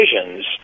decisions